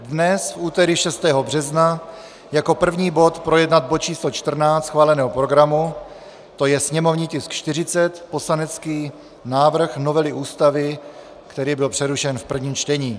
Dnes, v úterý 6. března, jako první bod projednat bod č. 14 schváleného programu, to je sněmovní tisk 40, poslanecký návrh novely Ústavy, který byl přerušen v prvním čtení.